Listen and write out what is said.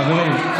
חברים.